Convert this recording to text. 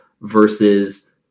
versus